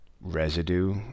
residue